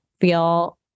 feel